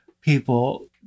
people